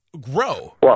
grow